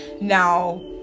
Now